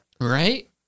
Right